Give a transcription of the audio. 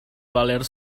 valer